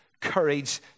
courage